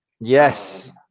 Yes